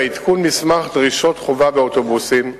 עדכון מסמך "דרישות חובה באוטובוסים"